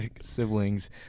siblings